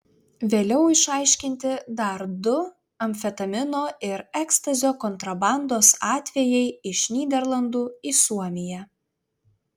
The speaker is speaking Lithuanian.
vėliau išaiškinti dar du amfetamino ir ekstazio kontrabandos atvejai iš nyderlandų į suomiją